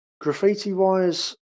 graffiti-wise